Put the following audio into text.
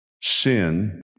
sin